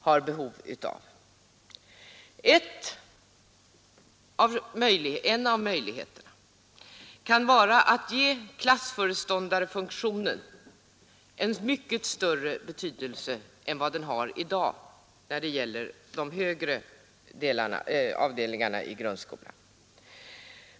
En av möjligheterna att lösa kontaktproblemet kan vara att ge klassföreståndarfunktionen en mycket större betydelse än vad den har i dag när det gäller de högre avdelningarna i grundskolan.